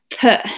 put